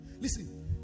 Listen